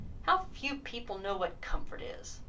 how few people know what comfort is!